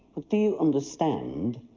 do you understand?